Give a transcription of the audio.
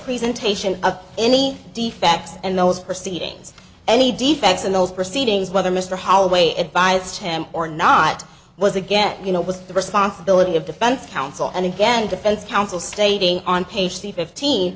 presentation of any defects and those proceedings any defects in those proceedings whether mr holloway advised him or not was again you know with the responsibility of defense counsel and again defense counsel stating on page fifteen